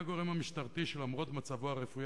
1. מיהו הגורם המשטרתי שלמרות מצבו הרפואי